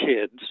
kids